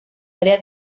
área